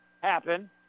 happen